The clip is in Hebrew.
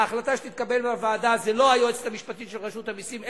ההחלטה שתתקבל בוועדה לא תהיה של הייעוץ המשפטי של רשות המסים,